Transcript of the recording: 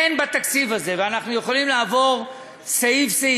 אין בתקציב הזה, אנחנו יכולים לעבור סעיף-סעיף.